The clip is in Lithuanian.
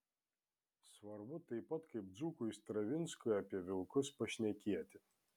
svarbu taip pat kaip dzūkui stravinskui apie vilkus pašnekėti